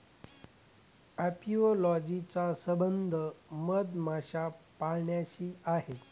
apiology चा संबंध मधमाशा पाळण्याशी आहे